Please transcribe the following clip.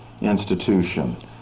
institution